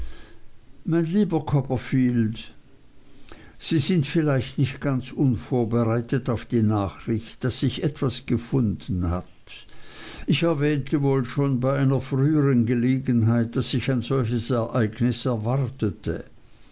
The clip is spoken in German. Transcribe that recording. mein lieber copperfield sie sind vielleicht nicht ganz unvorbereitet auf die nachricht daß sich etwas gefunden hat ich erwähnte wohl schon bei einer früheren gelegenheit daß ich ein solches ereignis erwartete